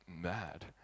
Mad